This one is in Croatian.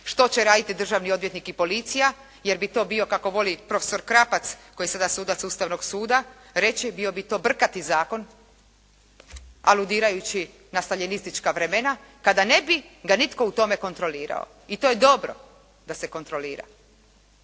što će raditi državni odvjetnik i policija, jer bi to bio kako voli profesor Krapac koji je sada sudac Ustavnog suda reći, bio ti to brkati zakon aludirajući na staljinistička vremena kada ne bi ga nitko u tome kontrolirao. I to je dobro da se kontrolira,